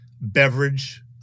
beverage